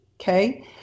okay